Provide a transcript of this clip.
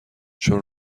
چون